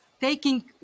taking